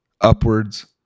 upwards